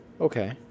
Okay